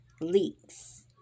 leaks